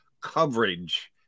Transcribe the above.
coverage